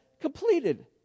completed